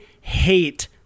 hate